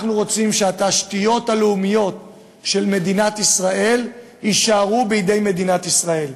אנחנו רוצים שהתשתיות הלאומיות של מדינת ישראל יישארו בידי מדינת ישראל.